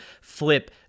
flip